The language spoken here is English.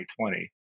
2020